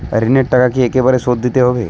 ঋণের টাকা কি একবার শোধ দিতে হবে?